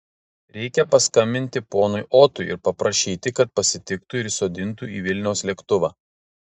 reikia paskambinti ponui otui ir paprašyti kad pasitiktų ir įsodintų į vilniaus lėktuvą